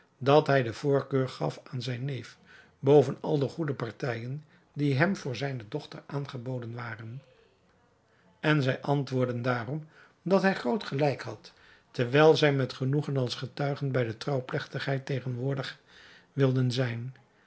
dat hij de voorkeur gaf aan zijn neef boven al de goede partijen die hem voor zijne dochter aangeboden waren en zij antwoordden daarom dat hij groot gelijk had terwijl zij met genoegen als getuigen bij de trouwplechtigheid tegenwoordig wilden zijn